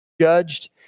judged